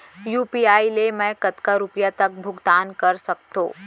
UPI ले मैं कतका रुपिया तक भुगतान कर सकथों